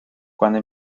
cuando